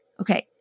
okay